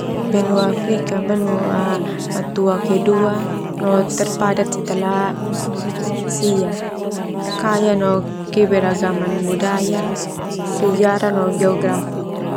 Benua Afrika, Benua matua kadua no terpadat setelah Asia, kaya no keberagaman budaya, sejarah no geografi.